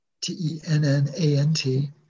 T-E-N-N-A-N-T